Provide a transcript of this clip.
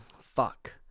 Fuck